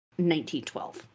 1912